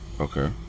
Okay